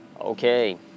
Okay